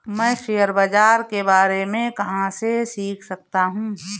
मैं शेयर बाज़ार के बारे में कहाँ से सीख सकता हूँ?